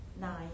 nine